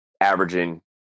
averaging